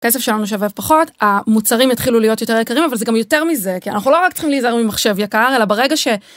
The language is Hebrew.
כסף שלנו שווה פחות, המוצרים יתחילו להיות יותר יקרים, אבל זה גם יותר מזה, כי אנחנו לא רק צריכים להיזהר ממחשב יקר, אלא ברגע ש